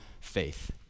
faith